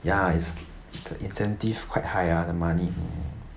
ya is the incentive quite high ah the money